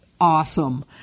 awesome